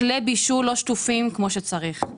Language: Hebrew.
כלי בישול לא שטופים כמו שצריך,